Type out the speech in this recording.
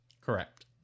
Correct